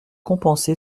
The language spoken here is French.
compensé